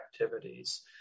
activities